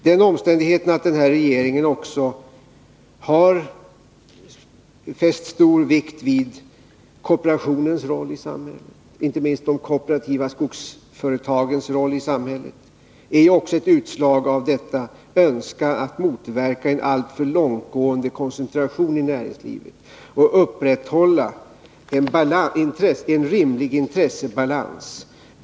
Den omständigheten att den här regeringen har fäst stor vikt vid kooperationens roll i samhället — inte minst de kooperativa skogsföretagens— är också ett utslag av denna önskan att motverka en alltför långtgående koncentration i näringslivet och upprätthålla en rimlig intressebalans.